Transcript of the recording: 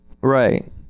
Right